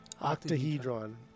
octahedron